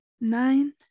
Nine